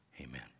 Amen